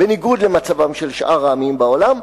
בניגוד למצבם של שאר העמים בעולם,